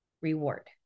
Reward